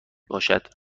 باشد